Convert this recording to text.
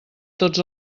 tots